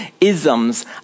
isms